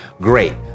great